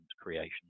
creation